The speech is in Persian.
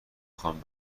خوام